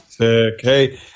okay